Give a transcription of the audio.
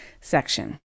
section